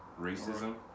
racism